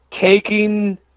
taking